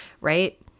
Right